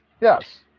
Yes